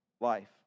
life